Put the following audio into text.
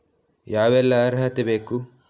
ಯಾವೆಲ್ಲ ಅರ್ಹತೆ ಬೇಕು?